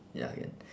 ya